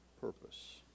purpose